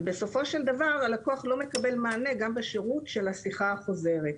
ובסופו של דבר הלקוח לא מקבל מענה גם בשירות של השיחה החוזרת.